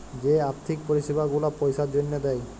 যে আথ্থিক পরিছেবা গুলা পইসার জ্যনহে দেয়